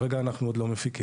כרגע אנחנו עוד לא מפיקים.